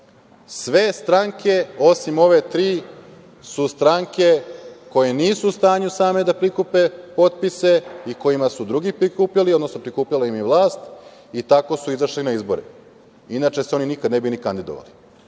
sve stranke, osim ove tri, su stranke koje nisu u stanju same da prikupe potpise, kojima su drugi prikupljali, odnosno prikupljala im je vlast, i tako su izašle na izbore. Inače se one nikad ne bi ni kandidovale.